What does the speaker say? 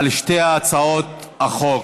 על שתי הצעות החוק,